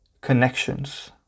connections